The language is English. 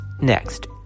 next